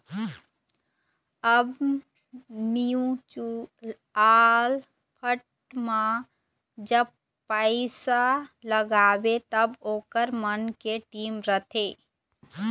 अब mutual fund म जब पइसा लगाबे त ओखर मन के टीम रहिथे